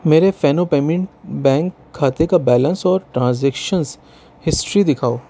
میرے Fino payment bank کھاتے کا بیلنس اور ٹرانزیکشنس ہسٹری دِکھاؤ